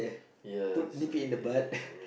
yes yeah yeah